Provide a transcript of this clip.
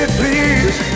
please